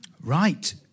Right